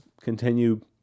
continue